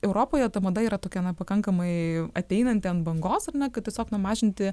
europoje ta mada yra tokia na pakankamai ateinant ant bangos ar ne kad tiesiog numažinti